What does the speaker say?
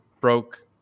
broke